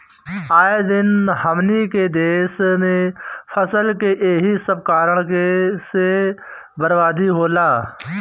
आए दिन हमनी के देस में फसल के एही सब कारण से बरबादी होला